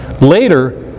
later